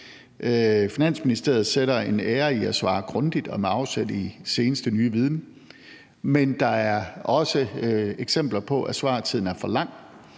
Finansministeriet sætter en ære i at svare grundigt og med afsæt i den seneste nye viden, men der er også eksempler på, at svartiden er for lang,